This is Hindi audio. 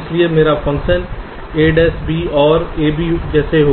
इसलिए मेरे फंक्शन इस 'a b OR a b जैसे होंगे